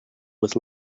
with